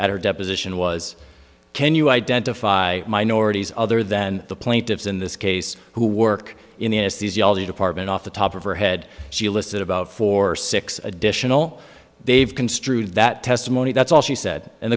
her deposition was can you identify minorities other than the plaintiffs in this case who work in the us these jaldi department off the top of her head she listed about four six additional they've construed that testimony that's all she said and